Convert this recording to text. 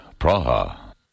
Praha